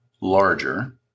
larger